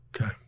Okay